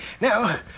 Now